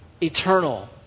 eternal